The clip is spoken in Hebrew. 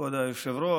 כבוד היושב-ראש,